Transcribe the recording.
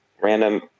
random